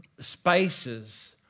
Spaces